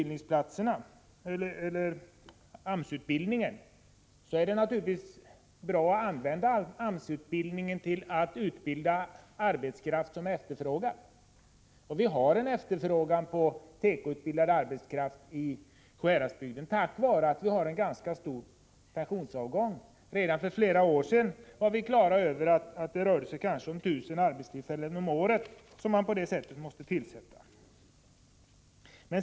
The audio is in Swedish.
Det är naturligtvis bra att använda AMS-utbildningen för att utbilda arbetskraft som efterfrågas. Vi har en efterfrågan på tekoutbildad arbetskraft i Sjuhäradsbygden, tack vare att vi har en ganska stor pensionsavgång. Redan för flera år sedan var vi på det klara med att det kanske rörde sig om 1 000 arbetstillfällen om året som på det sättet måste tillsättas.